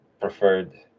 preferred